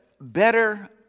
better